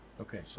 Okay